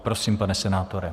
Prosím, pane senátore.